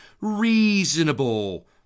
reasonable